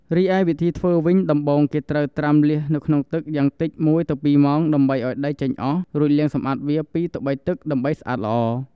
រីឯវិធីធ្វើវិញ ដំបូងគេត្រូវ ត្រាំលាសនៅក្នុងទឹកយ៉ាងតិច ១ទៅ២ម៉ោងដើម្បីឲ្យចេញដីអស់ រួចលាងសម្អាតវាពី ២ ទៅ៣ទឹក ដើម្បីស្អាតល្អ។